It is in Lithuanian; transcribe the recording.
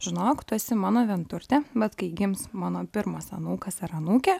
žinok tu esi mano vienturtė bet kai gims mano pirmas anūkas ar anūkė